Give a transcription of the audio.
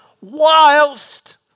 whilst